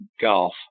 golf